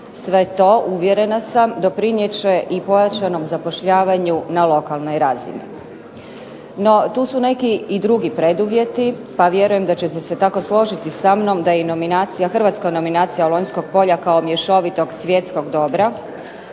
Sve to uvjerena sam doprinijet će i pojačanom zapošljavanju na lokalnoj razini. No, tu su neki i drugi preduvjeti pa vjerujem da ćete se tako složiti sa mnom da je i nominacija, hrvatska nominacija Lonjskog polja kao mješovitog svjetskog dobra